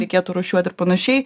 reikėtų rūšiuoti ir panašiai